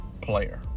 player